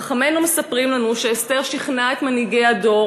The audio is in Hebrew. חכמינו מספרים לנו שאסתר שכנעה את מנהיגי הדור